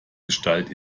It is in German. gestalt